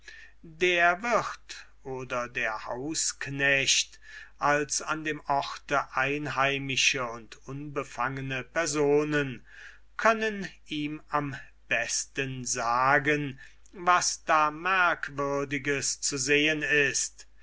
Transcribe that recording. der wirt oder der hausknecht als an dem orte einheimisch kann ihm am besten sagen was da merkwürdiges zu sehen ist